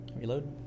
Reload